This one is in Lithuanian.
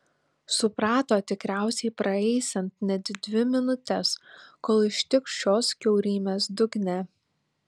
suprato tikriausiai praeisiant net dvi minutes kol ištikš šios kiaurymės dugne